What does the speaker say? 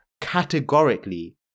categorically